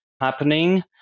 happening